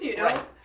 Right